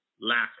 laughing